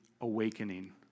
Awakening